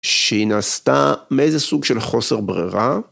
שהיא נעשתה מאיזה סוג של חוסר ברירה?